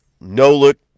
no-look